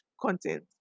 content